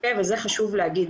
וחשוב להגיד,